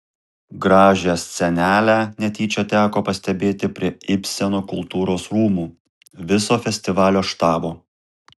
gražią scenelę netyčia teko pastebėti prie ibseno kultūros rūmų viso festivalio štabo